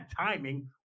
timing